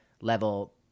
level